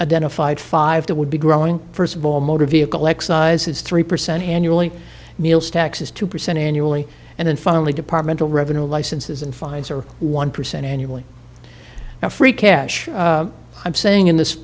identified five that would be growing first of all motor vehicle excise is three percent annually meal's taxes two percent annually and then finally departmental revenue licenses and fines are one percent annually now free cash i'm saying in this